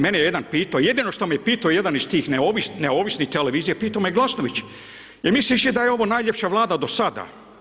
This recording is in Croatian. Mene je jedan pitao, jedino što me pitao jedan iz tih neovisnih televizija, pitao me Glasnović, jel' misliš ti da je ovo najljepša Vlada do sada?